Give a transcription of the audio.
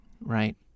right